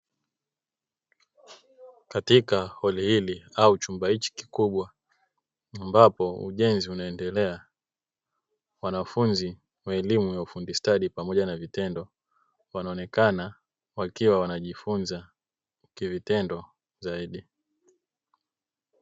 Katika holi hili au chumba hichi kikubwa ambapo ujenzi unaendelea, wanafunzi wa elimu ya ufundi stadi pamoja na vitendo wanaonekana wakiwa wanajifunza kivitendo zaidi.